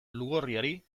lugorriari